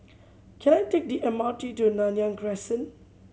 can I take the M R T to Nanyang Crescent